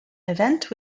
event